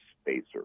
spacer